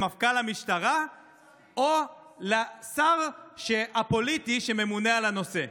למפכ"ל המשטרה או לשר הפוליטי שממונה על הנושא.